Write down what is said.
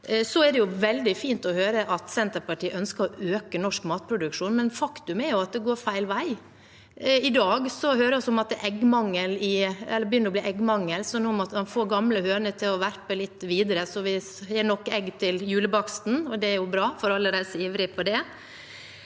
2023 Det er veldig fint å høre at Senterpartiet ønsker å øke norsk matproduksjon, men faktum er at det går feil vei. I dag hører vi at det begynner å bli eggmangel, så nå må man få gamle høner til å verpe litt lenger så vi har nok egg til julebaksten. Det er jo bra, for alle som er ivrige på det.